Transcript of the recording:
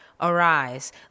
Arise